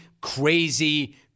crazy